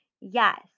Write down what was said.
Yes